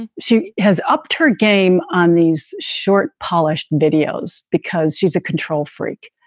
she has upped her game on these short, polished videos because she's a control freak.